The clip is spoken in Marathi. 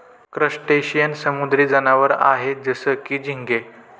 क्रस्टेशियन समुद्री जनावर आहे जसं की, झिंगे